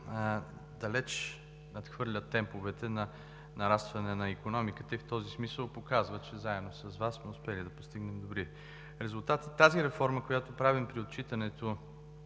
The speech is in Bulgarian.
далеч надхвърля темповете на нарастване на икономиката, и в този смисъл показва, че заедно с Вас сме успели да постигнем добри резултати. Тази реформа, която правим при отчитането